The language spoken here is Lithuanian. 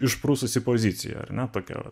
išprususi pozicija ar nutuokia